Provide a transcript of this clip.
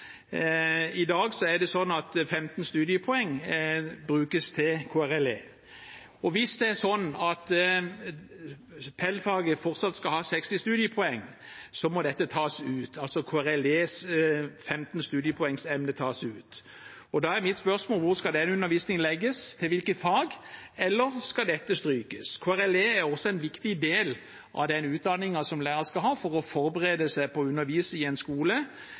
I dag er det sånn at 15 studiepoeng brukes til KRLE. Hvis PEL-faget fortsatt skal ha 60 studiepoeng, må dette, altså KRLEs 15-studiepoengsemne, tas ut. Da er mitt spørsmål: Til hvilket fag skal den undervisningen legges? Eller skal dette strykes? KRLE er også en viktig del av den utdanningen som lærere skal ha for å forberede seg på å undervise i en skole